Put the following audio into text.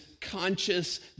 conscious